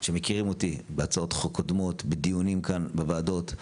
שמכירים אותי בהצעות חוק קודמות ובדיונים כאן בוועדות,